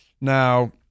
Now